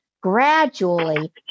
Gradually